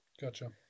Gotcha